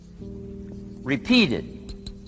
Repeated